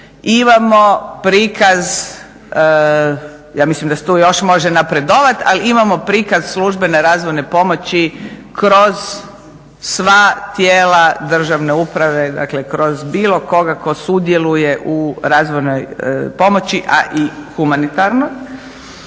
imamo prikaz ja mislim da se tu još može napredovati, ali imamo prikaz službene razvojne pomoći kroz sva tijela državne uprave, dakle kroz bilo koga tko sudjeluje u razvojnoj pomoći a i humanitarnoj.